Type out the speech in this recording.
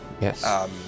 Yes